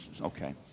Okay